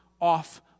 off